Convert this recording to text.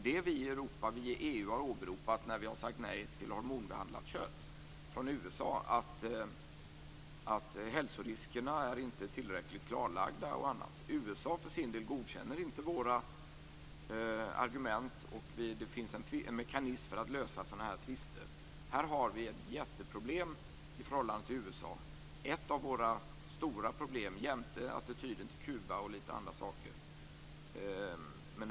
Det är det vi i EU har åberopat när vi har sagt nej till hormonbehandlat kött från USA, dvs. att hälsoriskerna inte är tillräckligt klarlagda. USA godkänner inte våra argument, och det finns en mekanism för att lösa sådana tvister. Vi har här ett jätteproblem i förhållande till USA. Det är ett av våra stora problem, jämte attityden till Kuba och några andra saker.